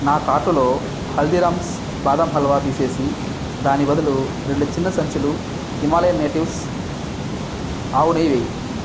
నా కార్టులో హల్దీరామ్స్ బాదం హల్వా తీసేసి దానికి బదులు రెండు చిన్న సంచులు హిమాలయన్ నేటివ్స్ ఆవు నెయ్యి వెయ్యి